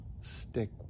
stick